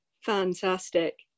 Fantastic